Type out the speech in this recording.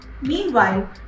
Meanwhile